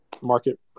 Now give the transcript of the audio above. market